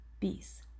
peace